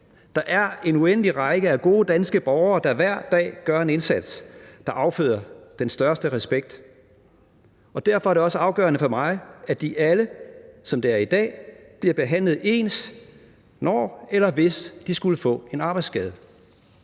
Der er en uendelig række af gode danske borgere, der hver dag gør en indsats, der afføder den største respekt, og derfor er det også afgørende for mig, at de alle, som det er i dag, bliver behandlet ens, når eller hvis de skulle få en arbejdsskade.